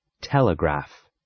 Telegraph